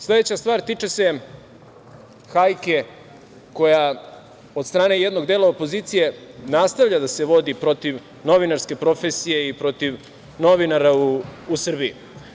Sledeća stvar tiče se hajke koja od strane jednog dela opozicije nastavlja da se vodi protiv novinarske profesije i protiv novinara u Srbiji.